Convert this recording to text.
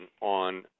on